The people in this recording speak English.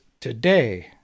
today